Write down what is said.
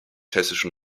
hessischen